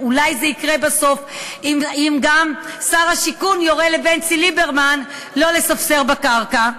אולי זה יקרה בסוף אם גם שר השיכון יורה לבנצי ליברמן לא לספסר בקרקע.